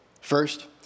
First